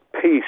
peace